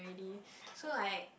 so like